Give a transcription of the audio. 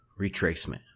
retracement